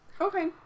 Okay